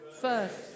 First